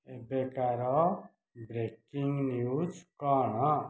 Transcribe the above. ଏବେକାର breaking news କ'ଣ